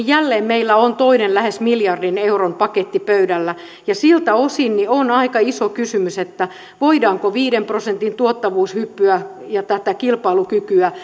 jälleen meillä on toinen lähes miljardin euron paketti pöydällä siltä osin on aika iso kysymys voidaanko viiden prosentin tuottavuushyppyä ja tätä kilpailukykyä